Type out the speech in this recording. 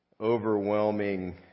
Overwhelming